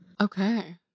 Okay